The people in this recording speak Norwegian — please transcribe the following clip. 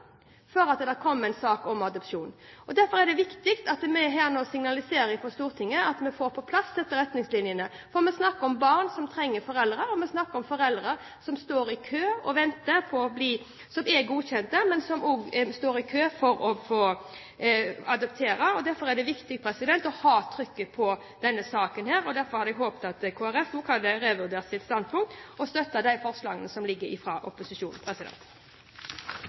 før det kommer en sak om adopsjon. Derfor er det viktig at vi her nå signaliserer fra Stortinget at vi får på plass disse retningslinjene. Vi snakker om barn som trenger foreldre, og vi snakker om foreldre som er godkjent, men som står i kø for å få adoptere. Derfor er det viktig å ha trykket på denne saken, og derfor hadde jeg håpet at Kristelig Folkeparti også hadde revurdert sitt standpunkt og støttet forslagene fra opposisjonen. Presidenten antar at representanten skal ta opp forslag? Ja. Representanten Solveig Horne har da tatt opp forslagene fra